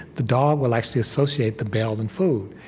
the dog will actually associate the bell and food.